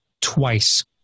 twice